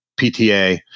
PTA